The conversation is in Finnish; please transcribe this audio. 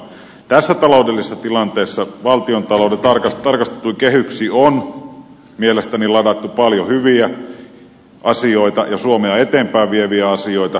tässä taloudellisessa tilanteessa valtiontalouden tarkastettuihin kehyksiin on mielestäni ladattu paljon hyviä asioita ja suomea eteenpäin vieviä asioita